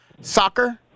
Soccer